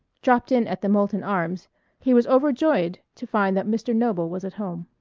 dropped in at the molton arms he was overjoyed to find that mr noble was at home.